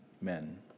men